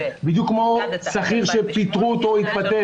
בדיוק כמו שכיר שפיטרו אותו או התפטר